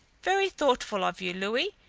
very thoughtful of you, louis.